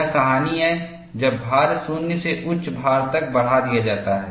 यह कहानी है जब भार 0 से उच्च भार तक बढ़ा दिया जाता है